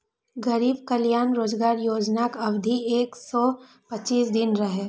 गरीब कल्याण रोजगार योजनाक अवधि एक सय पच्चीस दिन रहै